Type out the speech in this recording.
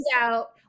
out